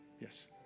Yes